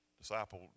Disciple